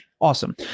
awesome